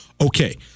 okay